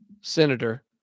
senator